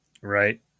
Right